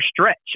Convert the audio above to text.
stretch